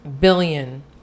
billion